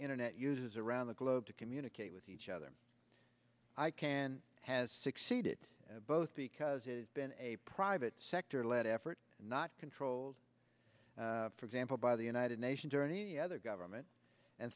internet users around the globe to communicate with each other icann has succeeded both because it has been a private sector led effort not controlled for example by the united nations or any other government and